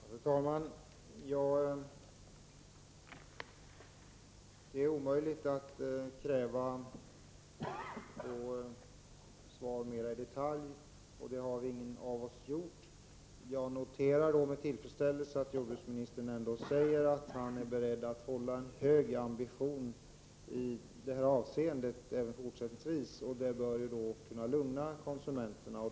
Fru talman! Det är omöjligt att kräva mer detaljerade svar. Det har ingen av oss frågeställare gjort heller. Jag noterar med tillfredsställelse att jordbruksministern säger att han är beredd att hålla en hög ambition i detta avseende även fortsättningsvis. Detta bör kunna lugna konsumenterna.